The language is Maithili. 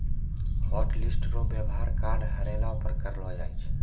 हॉटलिस्ट रो वेवहार कार्ड हेरैला पर करलो जाय छै